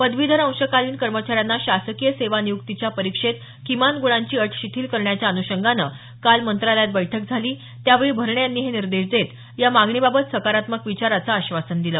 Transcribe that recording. पदवीधर अंशकालीन कर्मचाऱ्यांना शासकीय सेवा निय्क्तीच्या परीक्षेत किमान गुणांची अट शिथील करण्याच्या अनुषंगाने काल मंत्रालयात बैठक झाली त्यावेळी भरणे यांनी हे निर्देश देत या मागणीबाबत सकारात्मक विचाराचं आश्वासन दिलं